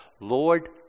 Lord